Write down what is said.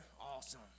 awesome